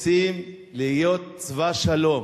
רוצים להיות צבא שלום.